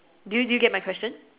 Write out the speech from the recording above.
do you do you get my question